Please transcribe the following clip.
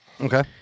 Okay